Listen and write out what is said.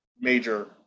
major